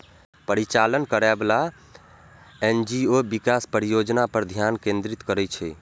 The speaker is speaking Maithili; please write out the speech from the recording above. परिचालन करैबला एन.जी.ओ विकास परियोजना पर ध्यान केंद्रित करै छै